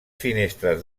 finestres